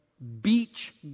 Beach